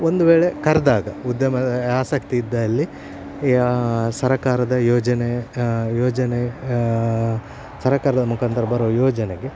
ಒಂದು ವೇಳೆ ಕರೆದಾಗ ಉದ್ಯಮ ಆಸಕ್ತಿ ಇದ್ದಲ್ಲಿ ಸರಕಾರದ ಯೋಜನೆ ಯೋಜನೆ ಸರಕಾರದ ಮುಖಾಂತರ ಬರುವ ಯೋಜನೆಗೆ